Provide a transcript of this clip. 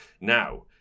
Now